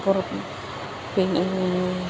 പിന്നെ